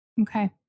Okay